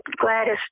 Gladys